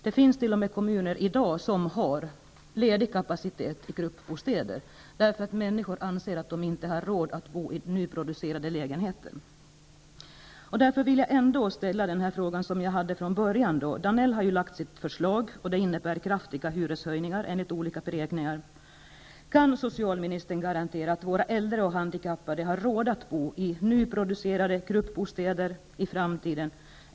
Det finns t.o.m. i dag kommuner som har lediga gruppbostäder på grund av att människor anser att de inte har råd att bo i nyproducerade lägenheter. Danell har nu lagt fram sitt förslag, som enligt olika beräkningar innebär kraftiga hyreshöjningar. Kan socialministern garantera att våra äldre och handikappade i framtiden kommer att ha råd att bo i nyproducerade gruppbostäder?